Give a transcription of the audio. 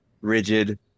rigid